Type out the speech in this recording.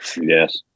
Yes